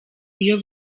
iyo